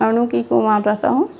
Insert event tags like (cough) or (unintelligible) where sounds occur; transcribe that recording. আৰুনো কি কম আৰু (unintelligible)